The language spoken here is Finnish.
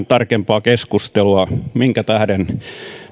tarkempaa keskustelua minkä tähden